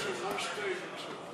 תביאו ליושב-ראש תה, בבקשה.